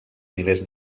milers